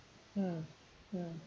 mm mm